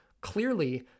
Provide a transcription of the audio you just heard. Clearly